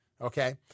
Okay